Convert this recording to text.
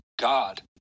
God